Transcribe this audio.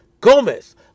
Gomez